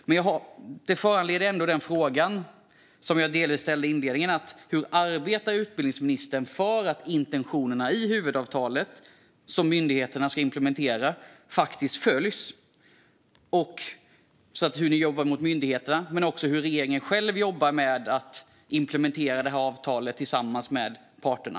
Men det här föranleder ändå frågor som jag delvis ställde i min interpellation: Hur arbetar utbildningsministern för att intentionerna i det huvudavtal som myndigheterna ska implementera faktiskt följs? Hur jobbar ni med myndigheterna? Hur jobbar regeringen själv med att implementera det här avtalet tillsammans med parterna?